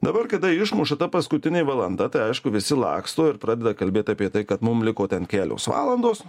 dabar kada išmuša ta paskutinė valanda tai aišku visi laksto ir pradeda kalbėt apie tai kad mums liko ten kelios valandos